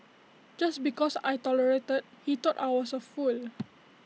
just because I tolerated he thought I was A fool